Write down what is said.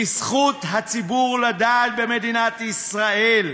כי זכות הציבור לדעת במדינת ישראל.